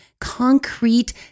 concrete